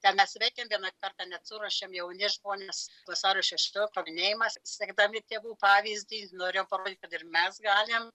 tame svetingiame kartą net suruošėme jauni žmonės vasario šešioliktosios minėjimą sekdami tėvų pavyzdį norėjome parodyt kad ir mes galim